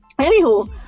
anywho